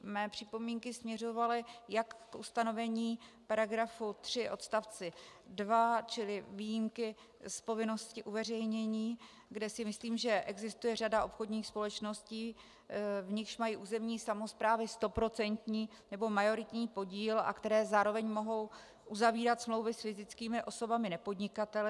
Mé připomínky směřovaly jak k ustanovení § 3 odst. 2, čili výjimky z povinnosti uveřejnění, kde si myslím, že existuje řada obchodních společností, v nichž mají územní samosprávy stoprocentní nebo majoritní podíl a které zároveň mohou uzavírat smlouvy s fyzickými osobami nepodnikateli.